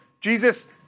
Jesus